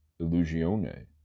Illusione